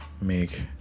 make